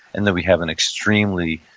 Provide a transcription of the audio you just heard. and then we have an extremely,